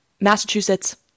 Massachusetts